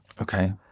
Okay